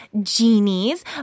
genies